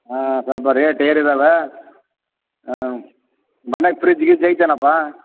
ಹಾಂ ಸ್ವಲ್ಪ ರೇಟ್ ಏರಿದಾವೆ ಹಾಂ ಮನ್ಯಾಗೆ ಫ್ರಿಜ್ ಗಿಜ್ ಐತೇನಪ್ಪ